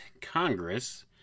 Congress